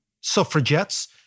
suffragettes